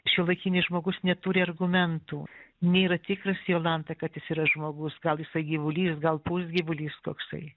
šiuolaikinis žmogus neturi argumentų nėra tikras jolanta kad jis yra žmogus gal jisai gyvulys gal pusgyvulis toksai